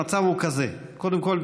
המצב הוא כזה: קודם כול,